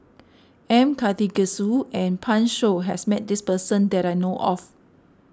M Karthigesu and Pan Shou has met this person that I know of